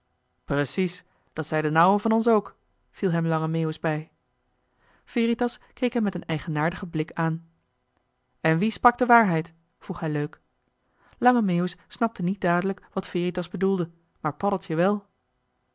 dat zei d'n ouwe van ons ook viel hem lange meeuwis bij veritas keek hem met een eigenaardigen blik aan en wie sprak de waarheid vroeg hij leuk joh h been paddeltje de scheepsjongen van michiel de ruijter lange meeuwis snapte niet dadelijk wat veritas bedoelde maar paddeltje wel